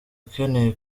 ukeneye